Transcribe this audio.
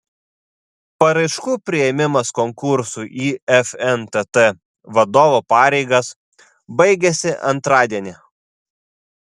paraiškų priėmimas konkursui į fntt vadovo pareigas baigiasi antradienį